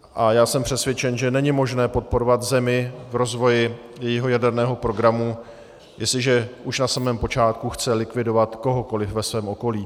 A já jsem přesvědčen, že není možné podporovat zemi v rozvoji jejího jaderného programu, jestliže už na samém počátku chce likvidovat kohokoliv ve svém okolí.